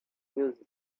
music